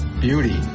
beauty